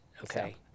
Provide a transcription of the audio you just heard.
Okay